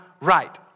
right